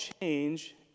change